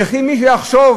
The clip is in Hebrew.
וכי מישהו יחשוב,